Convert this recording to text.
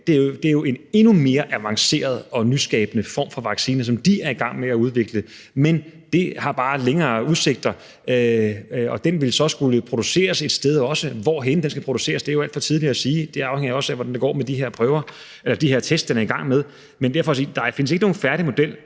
at udvikle en endnu mere avanceret og nyskabende form for vaccine, men det har bare længere udsigter, og den vil så også skulle produceres et sted, og hvor den skal produceres, er det jo alt for tidligt at sige. Det afhænger også af, hvordan det går med de her test, man er i gang med. Det er bare for sige, at der ikke findes nogen færdig model,